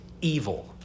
evil